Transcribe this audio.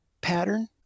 pattern